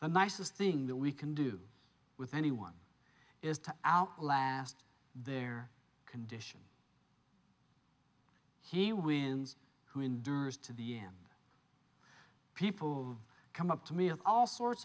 the nicest thing that we can do with anyone is to outlast their condition he wins who endures to the end people come up to me of all sorts